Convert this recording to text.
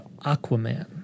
Aquaman